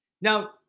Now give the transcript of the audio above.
Now